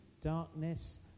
darkness